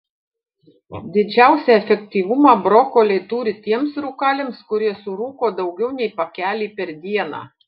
didžiausią efektyvumą brokoliai turi tiems rūkaliams kurie surūko daugiau nei pakelį per dieną